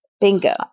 Bingo